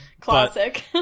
Classic